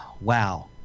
Wow